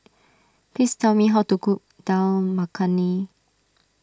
please tell me how to cook Dal Makhani